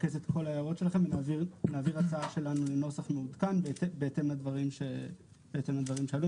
ההערות שלכם ונעביר הצעה שלנו לנוסח מעודכן בהתאם לדברים שבעצם עלו,